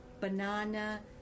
banana